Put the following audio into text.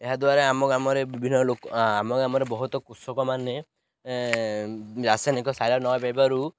ଏହା ଦ୍ୱାରା ଆମ ଗ୍ରାମରେ ବିଭିନ୍ନ ଲୋକ ଆମ ଗ୍ରାମରେ ବହୁତ କୃଷକମାନେ ରାସାୟନିକ ସାର ନ ପାଇବାରୁ